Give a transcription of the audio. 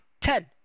ten